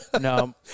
No